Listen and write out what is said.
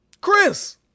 Chris